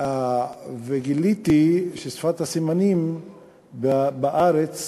גיליתי ששפת הסימנים בארץ